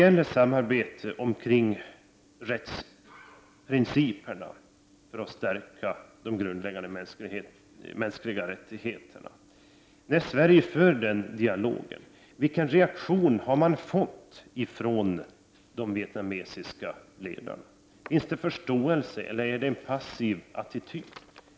När Sverige fört dialogen kring rättsprinciperna för att stärka de grundläggande mänskliga rättigheterna, vilken reaktion har man då fått från de vietnamesiska ledarna? Finns det någon förståelse för detta eller har man en passiv attityd?